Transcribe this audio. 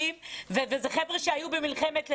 ואלה חבר'ה שהיו במלחמת לבנון,